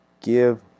give